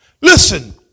Listen